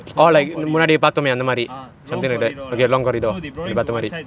it's a long corridor ah so they brought him to one side